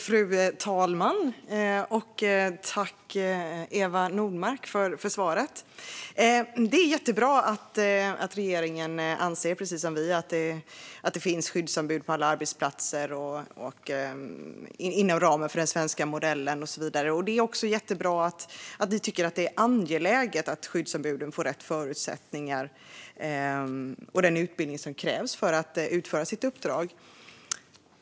Fru talman! Jag tackar Eva Nordmark för svaret. Det är jättebra att regeringen precis som vi anser att det ska finnas skyddsombud på alla arbetsplatser inom ramen för den svenska modellen. Det är också bra att regeringen tycker att det är angeläget att skyddsombuden får rätt förutsättningar och den utbildning som krävs för att de ska kunna utföra sitt uppdrag.